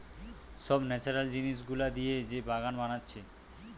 সব ন্যাচারাল জিনিস গুলা দিয়ে যে বাগান বানাচ্ছে